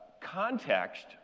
Context